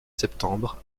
septembre